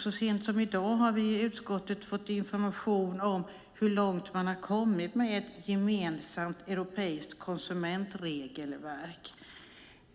Så sent som i dag har vi i utskottet fått information om hur långt man har kommit med ett gemensamt europeiskt konsumentregelverk.